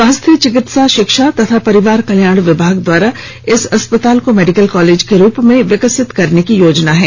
स्वास्थ चिकित्सा शिक्षा एवं परिवार कल्याण विभाग द्वारा इस अस्पताल को मेडिकल कॉलेज के रूप में विकसित करने की योजना है